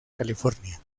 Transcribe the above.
california